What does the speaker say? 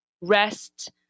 rest